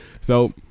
So-